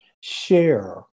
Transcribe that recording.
share